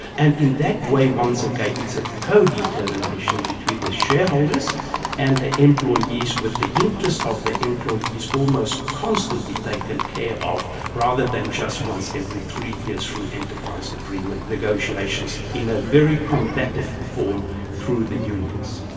and in that way, once again, it's a codetermination between the shareholders and the employees with the interest of the employee's almost constantly taken care of, rather than just once every three years through enterprise agreement negotiations in a very combative form through the unions.